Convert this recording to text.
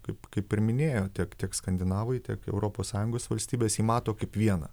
kaip kaip ir minėjo tiek tik skandinavai tiek europos sąjungos valstybės jį mato kaip vieną